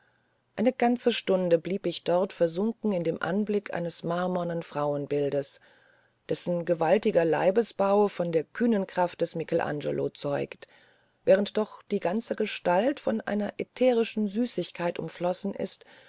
eine ganze stunde blieb ich dort versunken in dem anblick eines marmornen frauenbilds dessen gewaltiger leibesbau von der kühnen kraft des michelangelo zeugt während doch die ganze gestalt von einer ätherischen süßigkeit umflossen ist